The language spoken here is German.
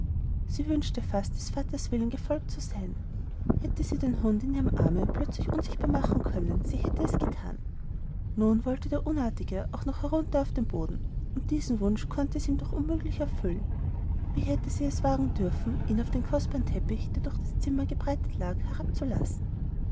sie wünschte fast des vaters willen gefolgt zu sein hätte sie den hund in ihrem arme plötzlich unsichtbar machen können sie hätte es gethan nun wollte der unartige auch noch herunter auf den boden und diesen wunsch konnte sie ihm doch unmöglich erfüllen wie hätte sie wagen dürfen ihn auf den kostbaren teppich der durch das zimmer gebreitet lag herab